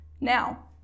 Now